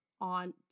on